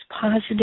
positive